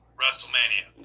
WrestleMania